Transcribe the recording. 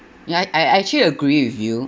ya I I actually agree with you